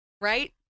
right